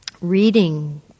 reading